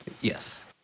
Yes